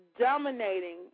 dominating